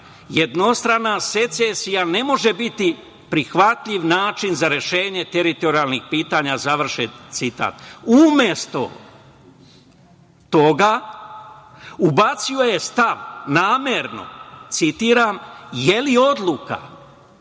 „Jednostrana secesija ne može biti prihvatljiv način za rešenje teritorijalnih pitanja“, završen citat. Umesto toga, ubacio je stav namerno, citiram: „Jeli odluka